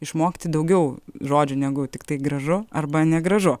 išmokti daugiau žodžiu negu tiktai gražu arba negražu